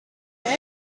made